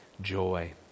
joy